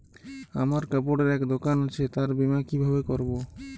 আমার কাপড়ের এক দোকান আছে তার বীমা কিভাবে করবো?